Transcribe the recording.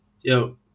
yo